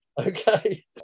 Okay